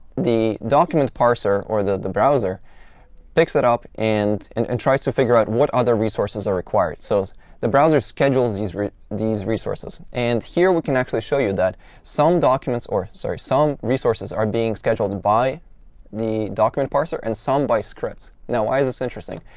the document parser or the the browser picks it up and and and tries to figure out what other resources are required. so the browser schedules these these resources. and here we can actually show you that some documents or sorry, some resources are being schedule by the document parser and some by scripts. now, why is this interesting?